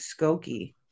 Skokie